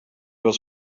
was